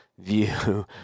view